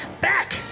back